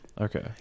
Okay